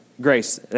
grace